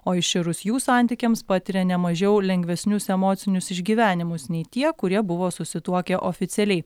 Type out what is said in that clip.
o iširus jų santykiams patiria ne mažiau lengvesnius emocinius išgyvenimus nei tie kurie buvo susituokę oficialiai